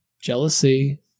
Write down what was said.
Jealousy